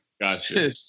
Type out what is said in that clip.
gotcha